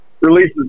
releases